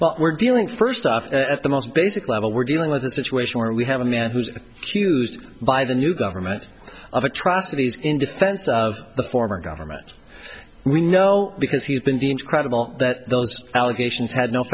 well we're dealing first off at the most basic level we're dealing with a situation where we have a man who's accused by the new government of atrocities in defense of the former government we know because he's been deemed credible that those allegations had no